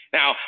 Now